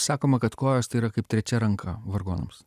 sakoma kad kojos tai yra kaip trečia ranka vargonams